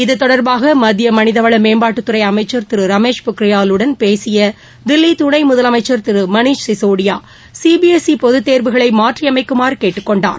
இது தொடர்பாக மத்திய மனிதவள மேம்பாட்டுத்துறை அமைச்சர் திரு ரமேஷ் பொக்ரியாலுடன் பேசிய தில்லி துணை முதலமைச்சர் திரு Manish Sisodia C B S E பொதுத் தேர்வுகளை மாற்றியமைக்குமாறு கேட்டுக் கொண்டார்